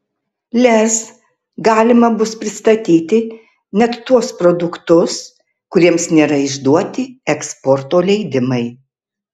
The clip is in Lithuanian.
lez galima bus pristatyti net tuos produktus kuriems nėra išduoti eksporto leidimai